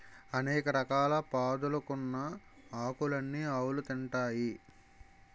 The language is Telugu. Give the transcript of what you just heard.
అనేక రకాల పాదులుకున్న ఆకులన్నీ ఆవులు తింటాయి